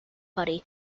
buddy